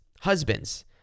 husbands